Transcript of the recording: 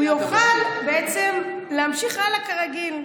הוא יוכל בעצם להמשיך הלאה כרגיל.